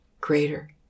greater